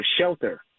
shelter